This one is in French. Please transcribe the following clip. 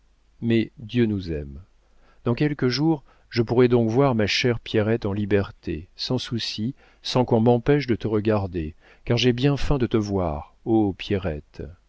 mais dieu nous aime dans quelques jours je pourrai donc voir ma chère pierrette en liberté sans soucis sans qu'on m'empêche de te regarder car j'ai bien faim de te voir ô pierrette